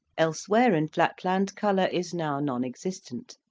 elsewhere in flatland, colour is now non-existent.